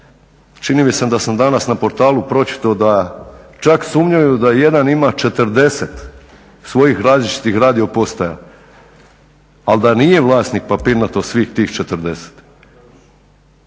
čini mi se da sam danas na portalu pročitao da čak sumnjaju da jedan ima 40 svojih različitih radio postaja ali da nije vlasnik papirnato svih tih 40.